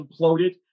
imploded